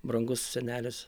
brangus senelis